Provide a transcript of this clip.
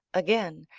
again,